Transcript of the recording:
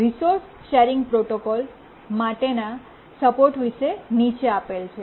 resource sharing protocol માટેના support વિશે નીચે આપેલ છે